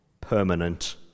permanent